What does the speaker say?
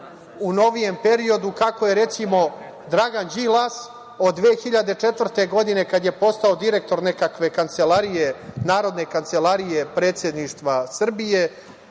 u novijem periodu kako je, recimo, Dragan Đilas, od 2004. godine, kad je postao direktor nekakve narodne kancelarije Predsedništva Srbije,